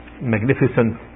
magnificent